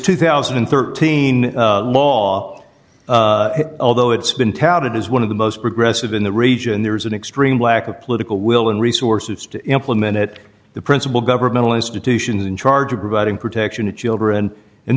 two thousand and thirteen law although it's been touted as one of the most progressive in the region there is an extreme lack of political will and resources to implement it the principle governmental institutions in charge of providing protection to children and